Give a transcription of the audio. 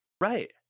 Right